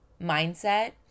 mindset